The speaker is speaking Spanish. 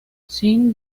sin